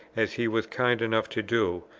as he was kind enough to do,